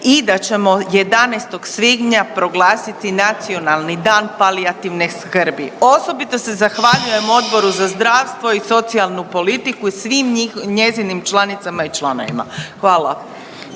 i da ćemo 11. svibnja proglasiti Nacionalni dan palijativne skrbi. Osobito se zahvaljujem Odboru za zdravstvo i socijalnu politiku i svim njezinim članicama i članovima. Hvala.